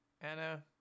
Anna